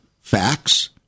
facts